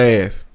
ass